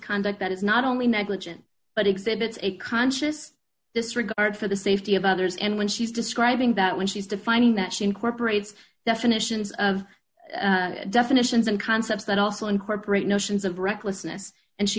conduct that is not only negligent but exhibits a conscious disregard for the safety of others and when she's describing that when she's defining that she incorporates definitions of definitions and concepts that also incorporate notions of recklessness and she